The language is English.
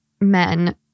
men